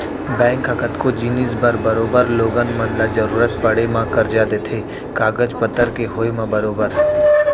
bank ह कतको जिनिस बर बरोबर लोगन मन ल जरुरत पड़े म करजा देथे कागज पतर के होय म बरोबर